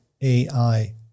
AI